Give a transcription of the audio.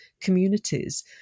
communities